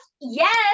yes